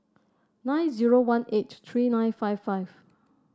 nine zero one eight three nine five five